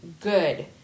good